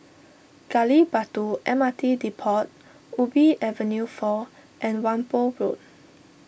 Gali Batu M R T Depot Ubi Avenue four and Whampoa Road